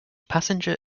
passenger